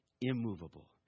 immovable